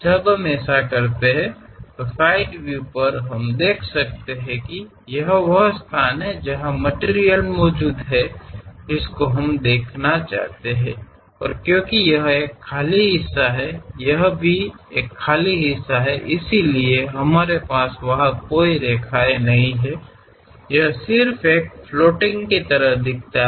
जब हम ऐसा करते हैं तो साइड व्यू पर हम देख सकते हैं कि यह वह स्थान है जहाँ मटिरियल मौजूद है जिसको हम दिखाना चाहते हैं और क्योंकि यह एक खाली हिस्सा है यह भी एक खाली हिस्सा है इसलिए हमारे पास वहां कोई रेखा नहीं है यह सिर्फ एक फ्लोटिंग की तरह दिखता है